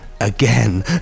again